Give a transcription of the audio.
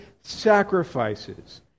sacrifices